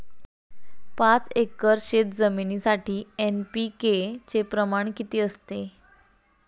पाच एकर शेतजमिनीसाठी एन.पी.के चे प्रमाण किती असते?